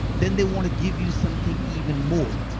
then they want to give you something even more.